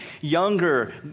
younger